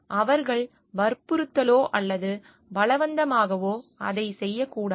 அவர்கள் வற்புறுத்தலோ அல்லது பலவந்தமாகவோ அதைச் செய்யக்கூடாது